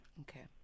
Okay